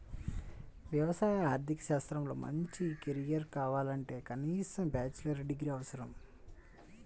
వ్యవసాయ ఆర్థిక శాస్త్రంలో మంచి కెరీర్ కావాలంటే కనీసం బ్యాచిలర్ డిగ్రీ అవసరం